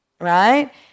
right